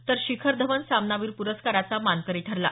तर शिखर धवन सामनावीर पुरस्काराचा मानकरी ठरला